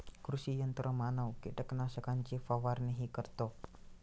कृषी यंत्रमानव कीटकनाशकांची फवारणीही करतो